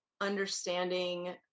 understanding